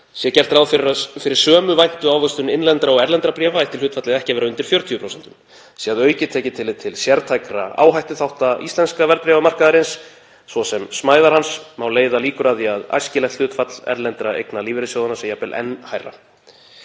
Sé gert ráð fyrir sömu væntu ávöxtun innlendra og erlendra bréfa ætti hlutfallið ekki að vera undir 40%. Sé að auki tekið tillit til sértækra áhættuþátta íslenska verðbréfamarkaðarins, svo sem smæðar hans, má leiða líkur að því að æskilegt hlutfall erlendra eigna lífeyrissjóðanna sé jafnvel enn hærra.“